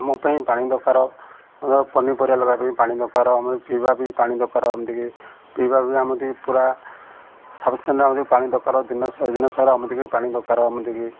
ଆମ ପାଇଁ ପାଣି ଦରକାର ପନିପରିବା ପାଇଁ ପାଣି ଦରକାର ଆମେ ପିଇବା ବି ପାଣି ଦରକାର ଏମିତିକି ପିଇବା ବି ପୁରା ସଫିସିଏଣ୍ଟ ପାଣି ଦରକାର ଦିନ ଦିନ ସାର ବି ପାଣି ଦରକାର ଏମିତିକି